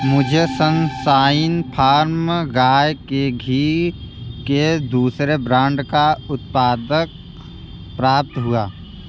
मुझे Sunshine Farm गाय के घी के दूसरे ब्रांड का उत्पादक प्राप्त हुआ